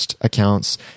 accounts